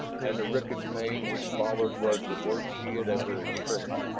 and the ripping pain which followed was the worst he had ever experienced.